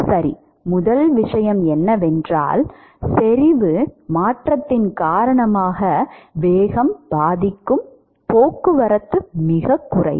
சரி முதல் விஷயம் என்னவென்றால் செறிவு மாற்றத்தின் காரணமாக வேகம் பாதிக்கும் போக்குவரத்து மிகக் குறைவு